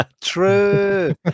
True